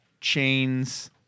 Chains